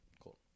cool